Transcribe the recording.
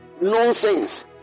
nonsense